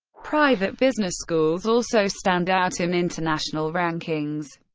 private business schools also stand out in international rankings.